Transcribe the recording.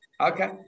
Okay